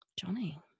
Johnny